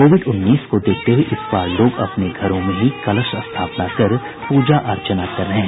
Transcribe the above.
Covid उन्नीस को देखते हुये इस बार लोग अपने घरों में ही कलश स्थापना कर पूजा अर्चना कर रहे हैं